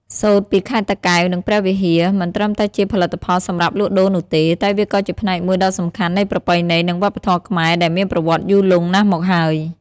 សូត្រពីខេត្តតាកែវ និងព្រះវិហារ មិនត្រឹមតែជាផលិតផលសម្រាប់លក់ដូរនោះទេ តែវាក៏ជាផ្នែកមួយដ៏សំខាន់នៃប្រពៃណី និងវប្បធម៌ខ្មែរដែលមានប្រវត្តិយូរលង់ណាស់មកហើយ។